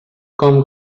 com